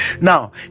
Now